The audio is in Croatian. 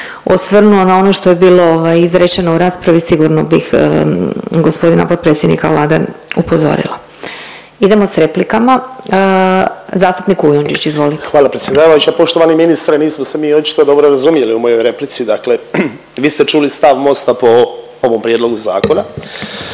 osvrnuo na ono što je bilo ovaj izrečeno u raspravi sigurno bih gospodina potpredsjednika Vlade upozorila. Idemo s replikama. Zastupnik Kujundžić, izvolite. **Kujundžić, Ante (MOST)** Hvala predsjedavajuća. Poštovani ministre nismo se mi očito dobro razumjeli u mojoj replici. Dakle, vi ste čuli stav MOST-a po ovom prijedlogu zakona.